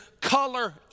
color